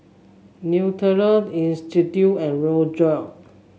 Nutella Istudio and Rejoice